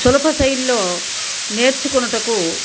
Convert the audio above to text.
సులభ శైలిలో నేర్చుకొనుటకు